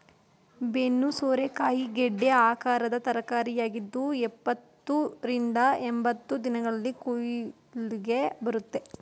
ಬೆನ್ನು ಸೋರೆಕಾಯಿ ಗೆಡ್ಡೆ ಆಕಾರದ ತರಕಾರಿಯಾಗಿದ್ದು ಎಪ್ಪತ್ತ ರಿಂದ ಎಂಬತ್ತು ದಿನಗಳಲ್ಲಿ ಕುಯ್ಲಿಗೆ ಬರುತ್ತೆ